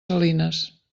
salines